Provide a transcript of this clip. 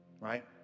right